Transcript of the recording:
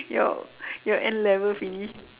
your your N-level finish